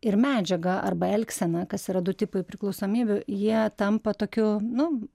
ir medžiagą arba elgseną kas yra du tipai priklausomybių jie tampa tokiu nu